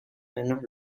menos